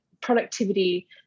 productivity